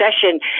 session